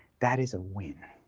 that is a win.